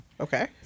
Okay